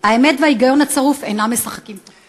האמת וההיגיון הצרוף אינם משחקים תפקיד.